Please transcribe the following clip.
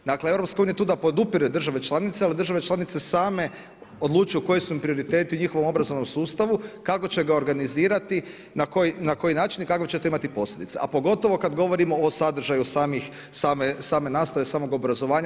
Dakle, EU je tu da podupire države članice, ali države članice same odlučuju koji su im prioriteti u njihovom obrazovnom sustavu, kako će ga organizirati, na koji način i kakve će to imati posljedice, a pogotovo kad govorimo o sadržaju same nastave, samog obrazovanja.